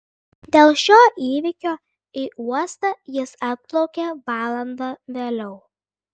dėl šio įvykio į uostą jis atplaukė valanda vėliau